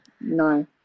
no